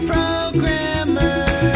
Programmer